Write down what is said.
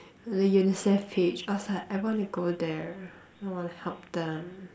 the Unicef page I was like I want to go there I want to help them